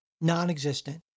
non-existent